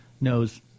knows